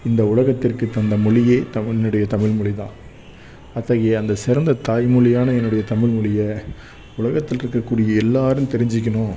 இந்த உலகத்திற்கு தந்த மொழியே தமிழ் என்னுடைய தமிழ் மொழி தான் அத்தகைய அந்த சிறந்த தாய் மொழியான என்னுடைய தமிழ் மொழிய உலகத்தில் இருக்கக்கூடிய எல்லோரும் தெரிஞ்சுக்கணும்